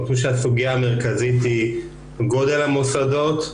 אני חושב שהסוגיה המרכזית היא גודל המוסדות.